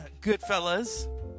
Goodfellas